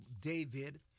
David